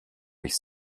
mich